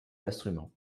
l’instrument